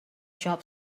job